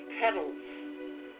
petals